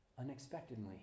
unexpectedly